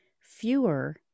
fewer